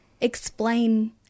explain